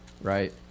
right